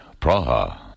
Praha